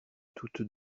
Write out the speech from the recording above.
toutes